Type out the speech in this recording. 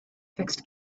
fixed